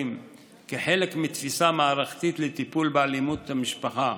כחלק מתפיסה מערכתית לטיפול באלימות במשפחה,